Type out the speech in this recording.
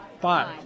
Five